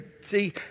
See